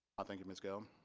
thank you ms gill.